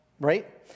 right